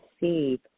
receive